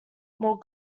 more